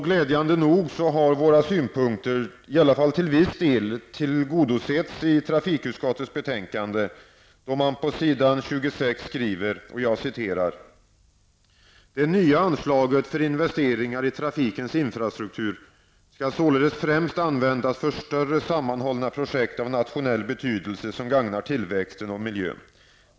Glädjande nog har våra synpunkter, i alla fall till viss del, tillgodosetts i trafikutskottets betänkande, då man på s. 26 ''Det nya anslaget för investeringar i trafikens infrastruktur skall således främst användas för större sammanhållna projekt av nationell betydelse som gagnar tillväxten och miljön.